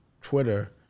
Twitter